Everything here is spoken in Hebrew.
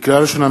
לקריאה ראשונה,